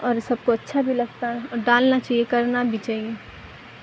اور سب کو اچھا بھی لگتا ہے اور ڈالنا چہیے کرنا بھی چاہیے